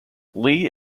leigh